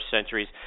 centuries